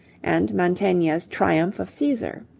and mantegna's triumph of caesar